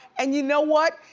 and you know what?